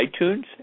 iTunes